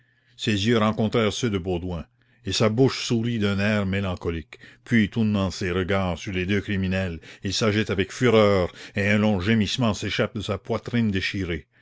ses yeux rencontrèrent ceux de baudouin et sa bouche sourit d'un air mélancolique puis tournant ses regards sur les deux criminels il s'agite avec fureur et un long gémissement s'échappe de sa poitrine déchirée